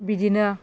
बिदिनो